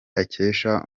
akesha